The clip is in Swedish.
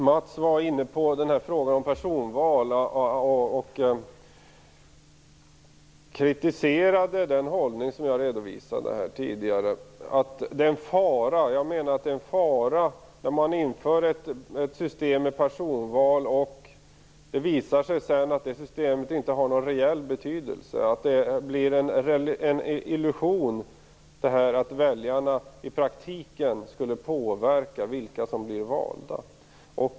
Herr talman! Mats Berglind tog upp frågan om personval och kritiserade den hållning som jag redovisade här tidigare. Jag menar att det är en fara om man inför ett system med personval och det sedan visar sig att det systemet inte har någon reell betydelse - att det blir en illusion att väljarna i praktiken skulle påverka vilka som blir valda.